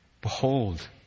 Behold